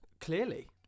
Clearly